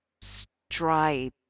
stride